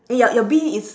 eh your your bee is